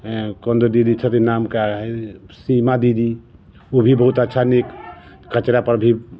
एँ कोन तऽ दीदी छथिन नामके सीमा दीदी ओ भी बहुत अच्छा नीक पर भी